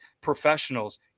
professionals